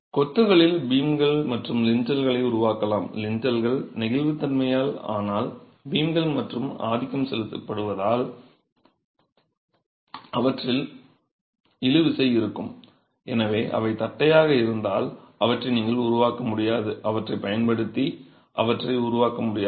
கொத்துகளில் பீம்கள் மற்றும் லின்டல்களை உருவாக்கலாம் லிண்டல்கள் நெகிழ்வுத்தன்மையால் ஆனால் பீம்கள் மற்றும் ஆதிக்கம் செலுத்தப்படுவதால் அவற்றில் இழுவிசை இருக்கும் எனவே அவை தட்டையாக இருந்தால் அவற்றை நீங்கள் உருவாக்க முடியாது அவற்றைப் பயன்படுத்தி அவற்றை உருவாக்க முடியாது